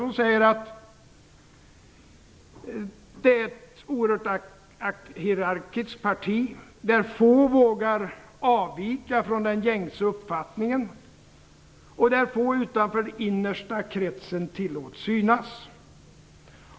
Hon säger att det är ett oerhört hierarkiskt parti, där få vågar avvika från den gängse uppfattningen och där få utanför den innersta kretsen tillåts synas.